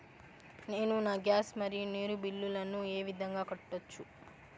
నేను నా గ్యాస్, మరియు నీరు బిల్లులను ఏ విధంగా కట్టొచ్చు?